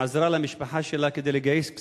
עזרה למשפחה שלה לגייס כספים.